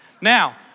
Now